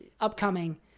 upcoming